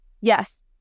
Yes